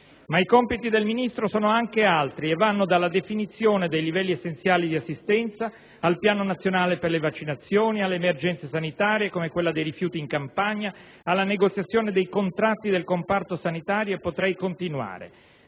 i compiti del Ministro sono anche altri e vanno dalla definizione dei livelli essenziali di assistenza, al piano nazionale per le vaccinazioni, alle emergenze sanitarie come quella dei rifiuti in Campania, alla negoziazione dei contratti del comparto sanitario, e potrei continuare.